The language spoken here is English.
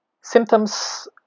Symptoms